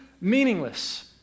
meaningless